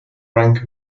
rank